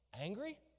angry